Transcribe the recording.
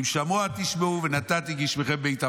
אם שמוע תשמעו ונתתי גשמיכם בעיתם.